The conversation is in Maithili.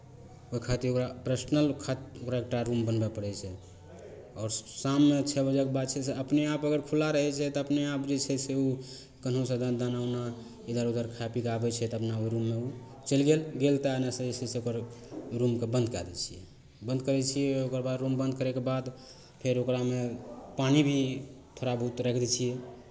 ओहि खातिर ओकरा पर्सनल ओकरा खा एक टा रूम बनबय पड़ै छै आओर शाममे छओ बजेके बाद जे छै से अपने आप अगर खुला रहै छै तऽ अपने आप जे छै से ओ कन्होसँ द दाना ऊना इधर उधर खा पी कऽ आबै छै तऽ अपना ओहि रूममे ओ चलि गेल गेल तऽ एन्नऽ सँ जे छै से ओकर रूमकेँ बन्द कए दै छियै बन्द करै छियै ओकर बाद रूम बन्द करयके बाद फेर ओकरामे पानि भी थोड़ा बहुत राखि दै छियै